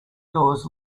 doors